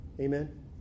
Amen